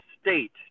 state